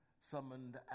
summoned